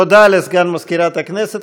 תודה לסגן מזכירת הכנסת.